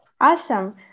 Awesome